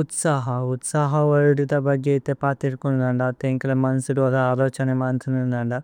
ഉത്സഹ। ഉത്സഹ വല്ദു തബഗി ഏതേ പതിര്പുനു നന്ദ। അതേ ഏന്കല മന്സുദു അല അലോ ഛന മന്തുനു നന്ദ।